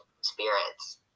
spirits